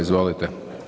Izvolite.